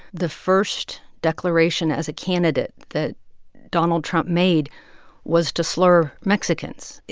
the first declaration as a candidate that donald trump made was to slur mexicans.